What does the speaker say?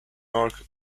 arc